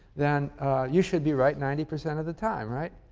then you should be right ninety percent of the time, right?